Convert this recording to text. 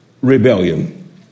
Rebellion